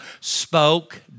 spoke